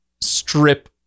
strip